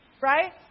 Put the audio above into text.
Right